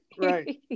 right